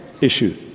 issue